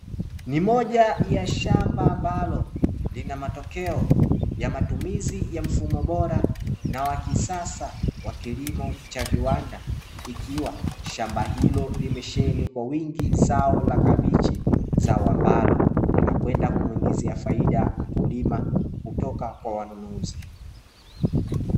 Noimoja ya shamba ambalo lina matokeo ya matumizi bora ya mfumo wa kisasa wa kilimo cha viwanda, ikiwa shamba hilo limesheheni kwa wingi zao la kabichi, zao ambalo linakwenda kumuingizia faida mkulima kutoka kwa wanunuzi.